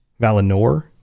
Valinor